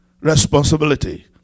responsibility